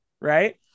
right